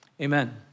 Amen